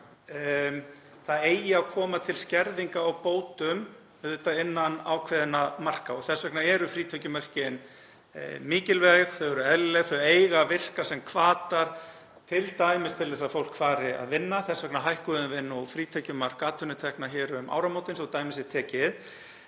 það eigi að koma til skerðinga á bótum, auðvitað innan ákveðinna marka, og þess vegna eru frítekjumörkin mikilvæg, þau eru eðlileg, þau eiga að virka sem hvatar, t.d. til þess að fólk fari að vinna, þess vegna hækkuðum við frítekjumark atvinnutekna um áramótin, svo dæmi sé tekið.